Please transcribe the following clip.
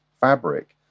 fabric